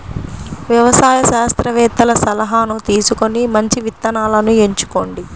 వ్యవసాయ శాస్త్రవేత్తల సలాహాను తీసుకొని మంచి విత్తనాలను ఎంచుకోండి